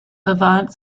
levant